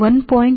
2 ರಿಂದ 1